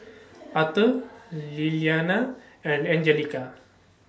Aurthur Lilyana and Anjelica